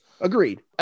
Agreed